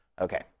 Okay